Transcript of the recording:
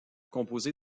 composé